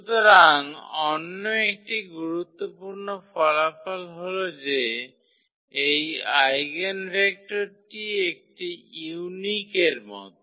সুতরাং অন্য একটি গুরুত্বপূর্ণ ফলাফল হল যে এই আইগেনভেক্টরটি একটি ইউনিক এর মতো